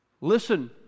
Listen